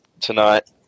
tonight